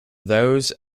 those